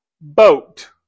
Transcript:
boat